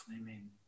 Amen